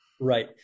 Right